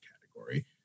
category